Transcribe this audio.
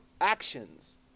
actions